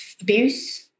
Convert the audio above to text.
abuse